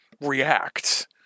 react